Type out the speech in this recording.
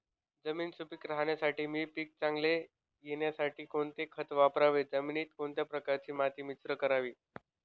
जमीन सुपिक राहण्यासाठी व पीक चांगले येण्यासाठी कोणते खत वापरावे? जमिनीत कोणत्या प्रकारचे माती मिश्रण करावे?